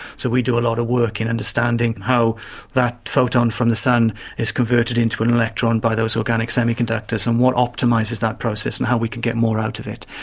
so we do a lot of work in understanding how that photon from the sun is converted into an electron by those organic semiconductors, and what optimises that process and how we can get more out of it.